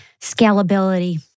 Scalability